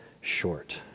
short